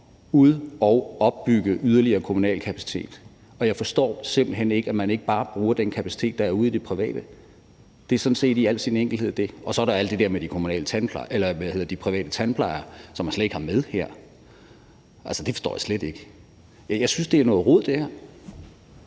ud- og opbygge yderligere kommunal kapacitet, og jeg forstår simpelt hen ikke, at man ikke bare bruger den kapacitet, der er ude i det private. Det er sådan set i al sin enkelhed det, og så er der alt det der med de private tandplejere, som man slet ikke har med her. Det forstår jeg slet ikke. Jeg synes, at det her er noget rod. Kl.